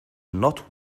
not